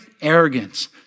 arrogance